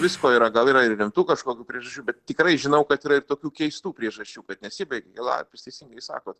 visko yra gal yra ir rimtų kažkokių priežasčių bet tikrai žinau kad yra ir tokių keistų priežasčių kad nesibaigė kelalapis teisingai sakot